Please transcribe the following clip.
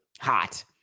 hot